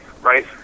right